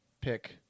pick